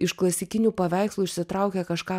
iš klasikinių paveikslų išsitraukė kažką